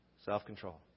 self-control